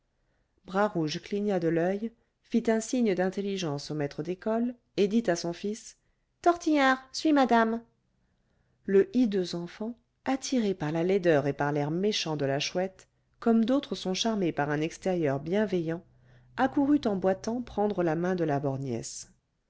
bras rouge cligna de l'oeil fit un signe d'intelligence au maître d'école et dit à son fils tortillard suis madame le hideux enfant attiré par la laideur et par l'air méchant de la chouette comme d'autres sont charmés par un extérieur bienveillant accourut en boitant prendre la main de la